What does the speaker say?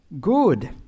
good